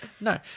No